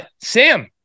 Sam